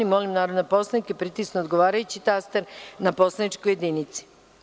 Molim narodne poslanike da pritisnu odgovarajući taster na poslaničkoj jedinici.